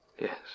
Yes